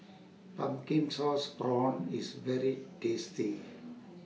Pumpkin Sauce Prawns IS very tasty